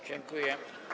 Dziękuję.